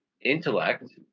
Intellect